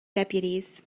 deputies